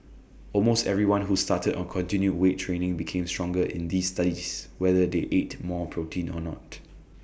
almost everyone who started or continued weight training became stronger in these studies whether they ate more protein or not